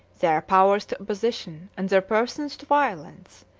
their powers to opposition, and their persons to violence.